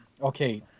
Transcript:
okay